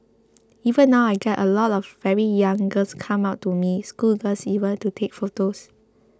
even now I get a lot of very young girls come up to me schoolgirls even to take photos